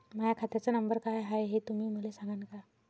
माह्या खात्याचा नंबर काय हाय हे तुम्ही मले सागांन का?